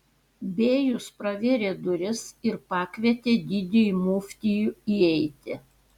bėjus pravėrė duris ir pakvietė didįjį muftijų įeiti